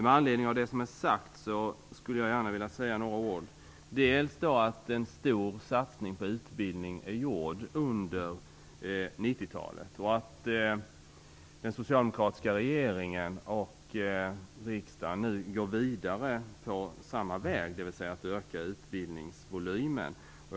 Med anledning av det som är sagt skulle jag gärna villa säga några ord. En stor satsning på utbildning är gjord under 90 talet, och den socialdemokratiska regeringen och riksdagen går vidare på samma väg, genom att öka utbildningsvolymen.